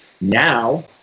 Now